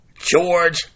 George